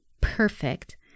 perfect